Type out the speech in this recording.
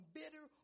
bitter